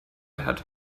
hat